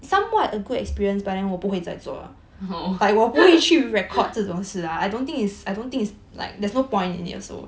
oh